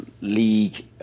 league